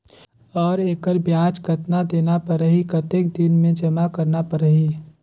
और एकर ब्याज कतना देना परही कतेक दिन मे जमा करना परही??